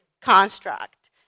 construct